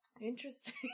Interesting